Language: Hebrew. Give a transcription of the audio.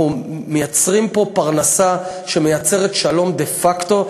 אנחנו מייצרים פה פרנסה שמייצרת שלום דה-פקטו.